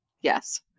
yes